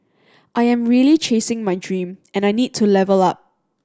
I am really chasing my dream and I need to level up